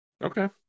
Okay